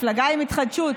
מפלגה עם התחדשות.